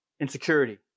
Insecurity